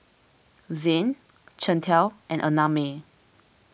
Zayne Chantal and Annamae